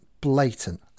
blatant